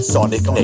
Sonic